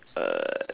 uh